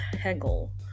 Hegel